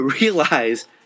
realize